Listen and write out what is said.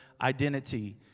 identity